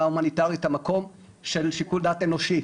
ההומניטרית את המקום של שיקול דעת אנושי.